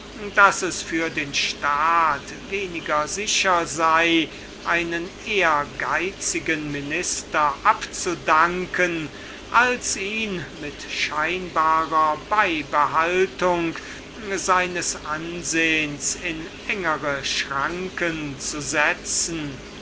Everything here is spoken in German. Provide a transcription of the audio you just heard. daß es für den staat weniger sicher sei einen ehrgeizigen minister abzudanken als ihn mit scheinbarer beibehaltung seines ansehens in engere schranken zu setzen